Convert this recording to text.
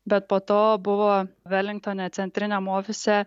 bet po to buvo velingtone centriniam ofise